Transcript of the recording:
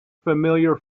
familiar